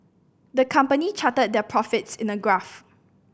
the company charted their profits in a graph